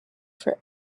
for